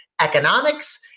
economics